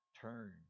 turn